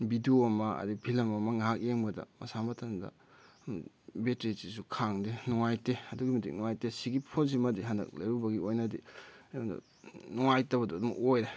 video ꯑꯃ ꯑꯗꯩ film ꯑꯃ ꯉꯥꯏꯍꯥꯛ ꯌꯦꯡꯕꯗ ꯃꯁꯥ ꯃꯊꯟꯗ ꯕꯦꯇ꯭ꯔꯤꯁꯤꯁꯨ ꯈꯥꯡꯗꯦ ꯅꯨꯡꯉꯥꯏꯇꯦ ꯑꯗꯨꯛꯀꯤ ꯃꯇꯤꯛ ꯅꯨꯡꯉꯥꯏꯇꯦ ꯁꯤꯒꯤ ꯐꯣꯟꯁꯤꯃꯗꯤ ꯍꯟꯗꯛ ꯂꯩꯔꯨꯕꯒꯤ ꯑꯣꯏꯅꯗꯤ ꯑꯩꯉꯣꯟꯗ ꯅꯨꯡꯉꯥꯏꯇꯕꯗꯨ ꯑꯗꯨꯝ ꯑꯣꯏꯔꯦ